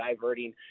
diverting